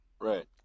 right